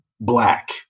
black